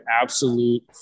absolute